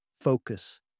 focus